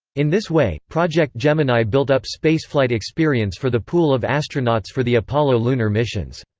in this way, project gemini built up spaceflight experience for the pool of astronauts for the apollo lunar missions.